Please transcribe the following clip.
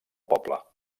poble